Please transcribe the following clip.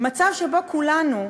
מצב שבו כולנו,